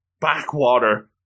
backwater